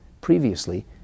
previously